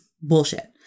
bullshit